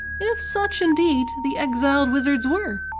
if such indeed the exiled wizards were.